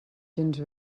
gens